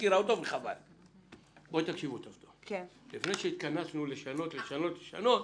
תקשיבו טוב, לפני שהתכנסנו לשאלות ישנות